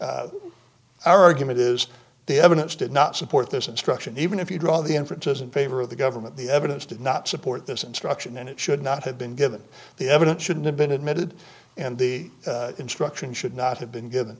argument is the evidence did not support this instruction even if you draw the inference as in favor of the government the evidence did not support this instruction and it should not have been given the evidence should have been admitted and the instruction should not have been given